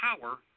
power